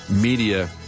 media